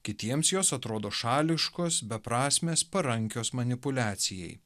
kitiems jos atrodo šališkos beprasmės parankios manipuliacijai